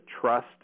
trust